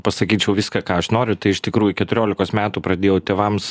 pasakyčiau viską ką aš noriu tai iš tikrųjų keturiolikos metų pradėjau tėvams